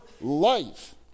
life